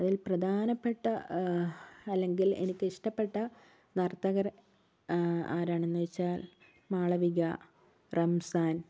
അതിൽ പ്രധാനപ്പെട്ട അല്ലെങ്കിൽ എനിക്ക് ഇഷ്ടപ്പെട്ട നർത്തകർ ആരാണെന്ന് ചോദിച്ചാൽ മാളവിക റംസാൻ